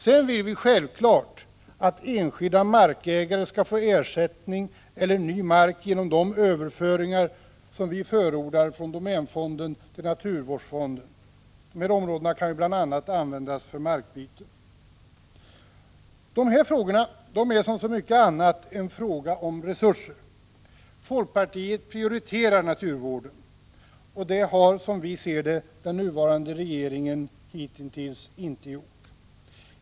Sedan vill vi självfallet att enskilda markägare skall få ersättning eller ny mark genom de överföringar som vi förordar från domänfonden till naturvårdsfonden — de områdena kan bl.a. användas för markbyte. Detta är som så mycket annat en fråga om resurser. Folkpartiet prioriterar naturvården. Det har, som vi ser det, den nuvarande regeringen hitintills inte gjort.